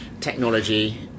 technology